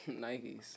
Nikes